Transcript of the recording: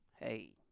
hey